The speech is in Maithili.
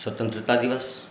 स्वतन्त्रता दिवस